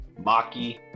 maki